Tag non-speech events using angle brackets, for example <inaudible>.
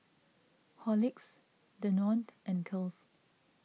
Horlicks Danone <noise> and Kiehl's